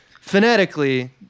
phonetically